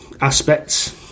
aspects